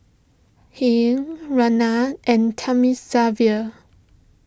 Hri Ramnath and Thamizhavel